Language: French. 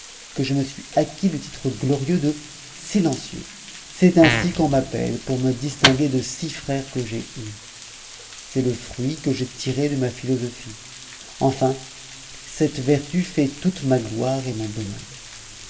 que je me suis acquis le titre glorieux de silencieux c'est ainsi qu'on m'appelle pour me distinguer de six frères que j'ai eus c'est le fruit que j'ai tiré de ma philosophie enfin cette vertu fait toute ma gloire et mon bonheur